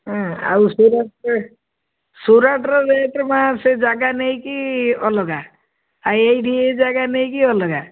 ହଁ ଆଉ ସୁରଟ ସୁରଟର ରେଟ୍ ବା ସେ ଜାଗା ନେଇକି ଅଲଗା ଆଉ ଏଇଠି ଏଇ ଜାଗା ନେଇକି ଅଲଗା